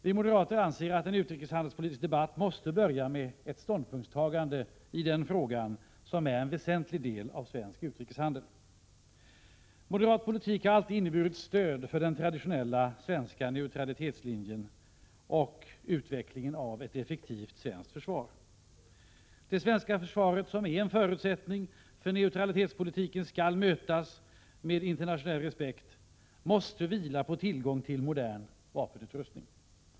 Vi moderater anser att en utrikeshandelspolitisk debatt måste börja med ett ståndpunktstagande i den frågan, som rör en väsentlig del av svensk utrikeshandel. Moderat politik har alltid inneburit stöd för den traditionella svenska neutralitetspolitiken och utvecklingen av ett effektivt svenskt försvar. Det svenska försvaret, som är en förutsättning för att neutralitetspolitiken skall mötas med internationell respekt, måste vila på tillgång till modern vapenutrustning.